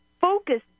focus